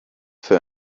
für